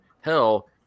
Hell